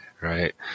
Right